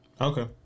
Okay